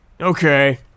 okay